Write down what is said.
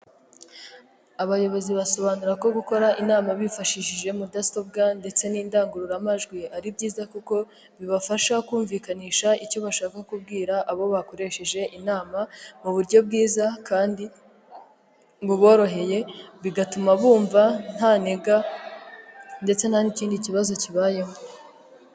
Abayobozi basobanura ko gukora inama bifashishije mudasobwa ndetse n'indangururamajwi ari byiza kuko bibafasha kumvikanisha icyo bashaka kubwira abo bakoresheje inama mu buryo bwiza, kandi buboroheye bigatuma bumva nta ntega, ndetse nta n'ikindi kibazo kibayeho.